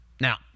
Now